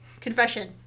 confession